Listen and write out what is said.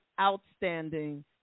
outstanding